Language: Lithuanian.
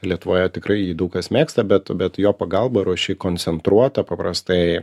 lietuvoje tikrai jį daug kas mėgsta bet bet jo pagalba ruoši koncentruotą paprastai